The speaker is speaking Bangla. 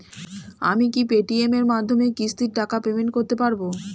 আমি কি পে টি.এম এর মাধ্যমে কিস্তির টাকা পেমেন্ট করতে পারব?